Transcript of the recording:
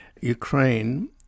Ukraine